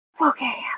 okay